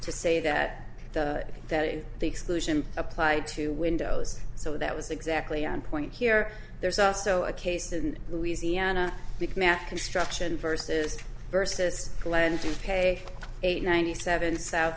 to say that that is the exclusion applied to windows so that was exactly on point here there's also a case in louisiana because math construction versus versus plenty pay eight ninety seven so